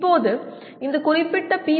இப்போது இந்த குறிப்பிட்ட பி